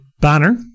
banner